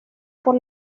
por